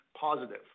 positive